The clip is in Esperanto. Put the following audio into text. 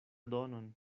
donon